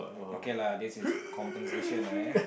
okay lah this is compensation lah eh